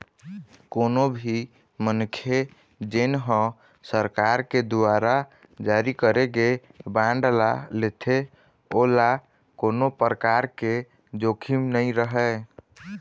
कोनो भी मनखे जेन ह सरकार के दुवारा जारी करे गे बांड ल लेथे ओला कोनो परकार के जोखिम नइ रहय